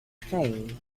fame